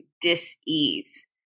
dis-ease